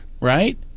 right